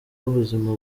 ubuzima